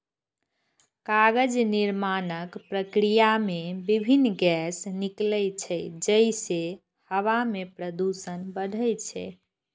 कागज निर्माणक प्रक्रिया मे विभिन्न गैस निकलै छै, जइसे हवा मे प्रदूषण बढ़ै छै